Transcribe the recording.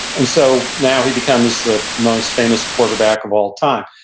and so now he becomes the most famous quarterback of all time.